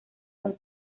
con